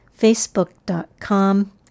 Facebook.com